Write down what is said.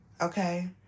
okay